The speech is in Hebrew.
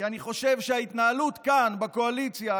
כי אני חושב שההתנהלות כאן בקואליציה,